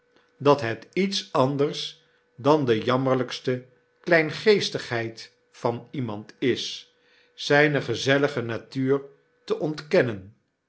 dat het iets anders dan de jammerlijkste kleingeestigheid van iemand is zyne gezellige natuur te ontkennen